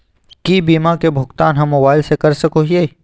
की बीमा के भुगतान हम मोबाइल से कर सको हियै?